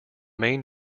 main